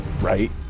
Right